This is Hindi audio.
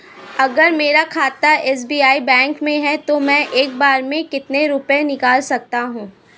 अगर मेरा खाता एस.बी.आई बैंक में है तो मैं एक बार में कितने रुपए निकाल सकता हूँ?